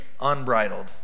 unbridled